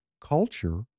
culture